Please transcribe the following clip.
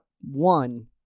one